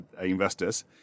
investors